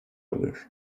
alıyor